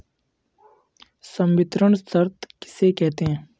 संवितरण शर्त किसे कहते हैं?